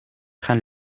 gaan